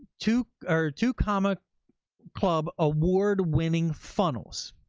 two or two comma club award-winning funnels.